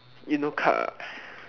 you know car